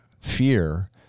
fear